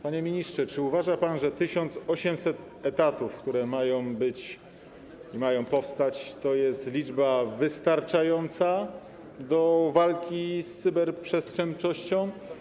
Panie ministrze: Czy uważa pan, że 1800 etatów, które mają być, mają powstać, to jest liczba wystarczająca do walki z cyberprzestępczością?